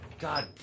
God